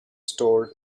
stored